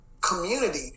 community